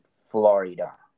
Florida